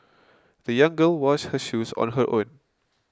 the young girl washed her shoes on her own